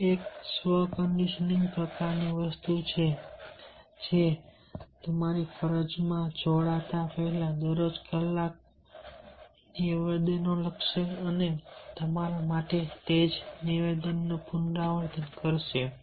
આ એક સ્વ કન્ડિશનિંગ પ્રકારની વસ્તુઓ છે જે તમારી ફરજમાં જોડાતા પહેલા દરરોજ કેટલાક નિવેદનો લખશે અને તમારા માટે તે જ નિવેદનનું પુનરાવર્તન કરશે